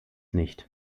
nicht